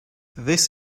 this